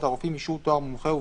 הרופאים (אישור תואר מומחה ובחינות),